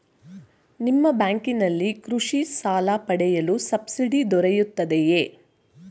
ನಿಮ್ಮ ಬ್ಯಾಂಕಿನಲ್ಲಿ ಕೃಷಿ ಸಾಲ ಪಡೆಯಲು ಸಬ್ಸಿಡಿ ದೊರೆಯುತ್ತದೆಯೇ?